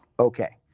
ok,